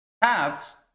paths